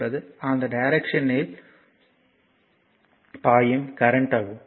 என்பது அந்த டிரெக்ஷன் யில் பாயும் கரண்ட் ஆகும்